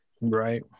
right